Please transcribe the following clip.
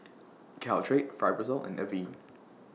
Caltrate Fibrosol and Avene